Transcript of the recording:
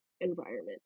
environment